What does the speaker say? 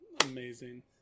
Amazing